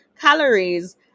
calories